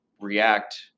react